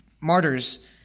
Martyrs